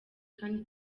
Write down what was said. kandi